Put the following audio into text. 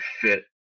fit